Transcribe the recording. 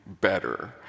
better